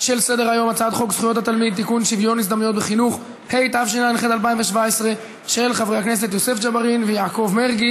התרבות והספורט של הכנסת נתקבלה.